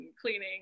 cleaning